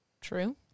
True